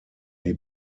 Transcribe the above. die